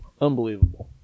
Unbelievable